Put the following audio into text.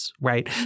right